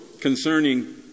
concerning